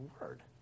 word